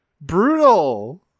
Brutal